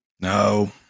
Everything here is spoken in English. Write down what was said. No